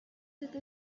cette